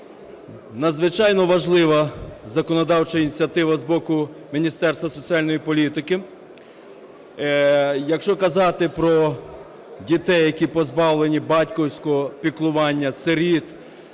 Надзвичайно важлива законодавча ініціатива з боку Міністерства соціальної політики. Якщо казати про дітей, які позбавлені батьківського піклування, сиріт